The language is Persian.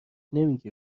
نمیگی